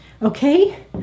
Okay